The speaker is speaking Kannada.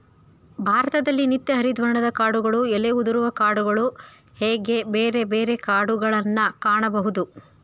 ಭಾರತದಲ್ಲಿ ನಿತ್ಯ ಹರಿದ್ವರ್ಣದ ಕಾಡುಗಳು ಎಲೆ ಉದುರುವ ಕಾಡುಗಳು ಹೇಗೆ ಬೇರೆ ಬೇರೆ ಕಾಡುಗಳನ್ನಾ ಕಾಣಬಹುದು